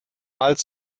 als